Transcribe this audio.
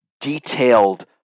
detailed